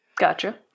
Gotcha